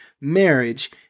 marriage